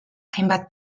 hainbat